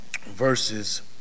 verses